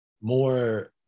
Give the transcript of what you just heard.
more